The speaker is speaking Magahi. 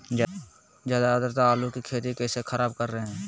ज्यादा आद्रता आलू की खेती कैसे खराब कर रहे हैं?